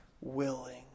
willing